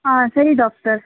ಹಾಂ ಸರಿ ಡಾಕ್ಟರ್